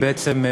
בעצם,